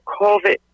COVID